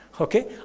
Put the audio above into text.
Okay